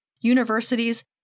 universities